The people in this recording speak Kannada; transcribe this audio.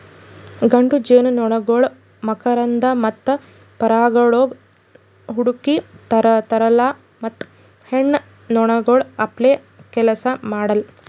ಗಂಡು ಜೇನುನೊಣಗೊಳ್ ಮಕರಂದ ಮತ್ತ ಪರಾಗಗೊಳ್ ಹುಡುಕಿ ತರಲ್ಲಾ ಮತ್ತ ಹೆಣ್ಣ ನೊಣಗೊಳ್ ಅಪ್ಲೇ ಕೆಲಸ ಮಾಡಲ್